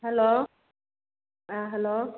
hello ꯑꯥ hello